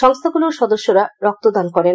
সংস্থাগুলোর সদস্যরা রক্তদান করেন